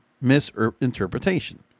Misinterpretation